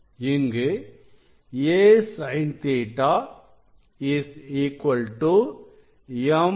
இங்கு a sin Ɵ m λ